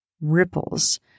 ripples